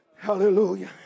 Hallelujah